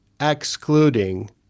excluding